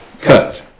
cut